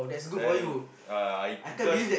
then uh I cause